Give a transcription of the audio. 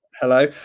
Hello